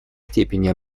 степени